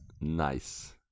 Nice